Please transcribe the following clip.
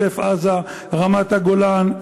גם המפלגות בקואליציה,